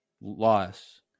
loss